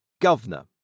governor